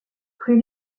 plus